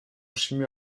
chimie